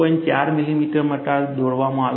4 millimetre માટે દોરવામાં આવે છે